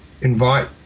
invite